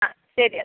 ആ ശരി എന്നാൽ